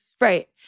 Right